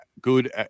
good